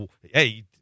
hey